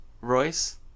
Royce